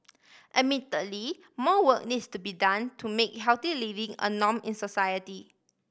admittedly more work needs to be done to make healthy living a norm in society